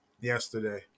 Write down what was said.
yesterday